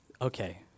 Okay